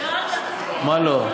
מה לא?